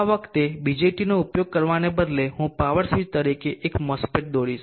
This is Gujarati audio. આ વખતે BJTનો ઉપયોગ કરવાને બદલે હું પાવર સ્વીચ તરીકે એક MOSFET દોરીશ